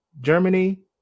Germany